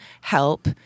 help